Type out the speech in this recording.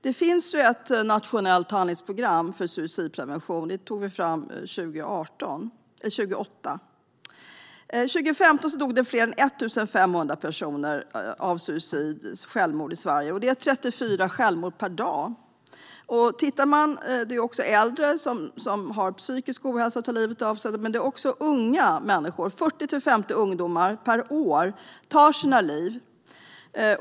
Det nuvarande nationella handlingsprogrammet för suicidprevention togs fram 2008. År 2015 dog fler än 1 500 personer genom självmord i Sverige, vilket innebär fyra självmord per dag. Bland dem som tar livet av sig finns äldre med psykisk ohälsa men även unga människor. Varje år tar 40-50 ungdomar sitt liv.